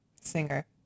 singer